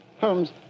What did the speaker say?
holmes